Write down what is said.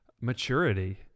maturity